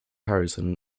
harrison